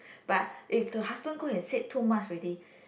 but if the husband go and said too much already